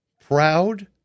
proud